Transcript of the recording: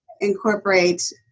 incorporate